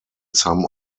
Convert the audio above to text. some